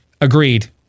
agreed